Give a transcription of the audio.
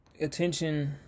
attention